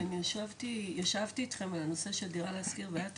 כי אני ישבתי איתכם על הנושא של דירה להשכיר והיה את